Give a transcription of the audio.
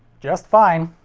just fine.